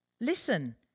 Listen